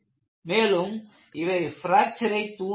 மேலும் இவை பிராக்சரை தூண்டுகிறது